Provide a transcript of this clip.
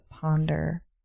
ponder